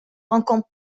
rencontre